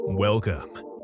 Welcome